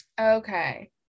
Okay